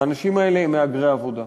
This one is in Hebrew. האנשים האלה הם מהגרי עבודה,